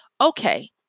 okay